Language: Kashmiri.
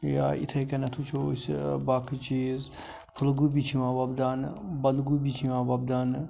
یا یِتھَے کنیٚتھ وُچھوأسۍ باقٕے چیٖز فلگوبی چھِ یِوان وۄبداونہٕ بنٛدگوبی چھِ یِوان وۄبداونہٕ